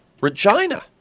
Regina